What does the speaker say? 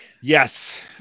Yes